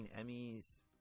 Emmys